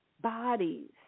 bodies